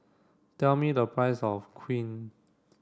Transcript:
tell me the price of Queen